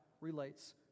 relates